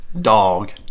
Dog